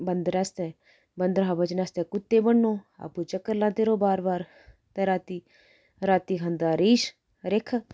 बंदर आस्तै बंदर हा बचने आस्तै कुत्ते बन्नो आपूं चक्कर लांदे रवो बार बार ते रातीं रातीं खन्दा रीछ